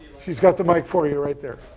she's got the mic for you, right there.